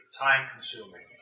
time-consuming